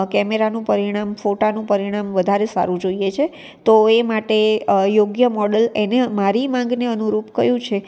કેમેરાનું પરિણામ ફોટાનું પરિણામ વધારે સારું જોઈએ છે તો એ માટે યોગ્ય મોડલ એમને મારી માંગનું રૂપ કયું છે